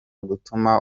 gutuma